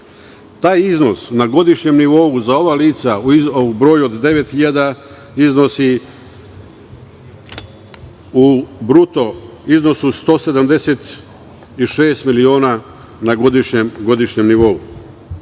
Taj iznos, na godišnjem nivou, za ova lica u broju od 9.000 iznosi u bruto iznosu 176 miliona na godišnjem nivou. Ono